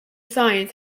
science